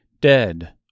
dead